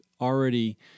already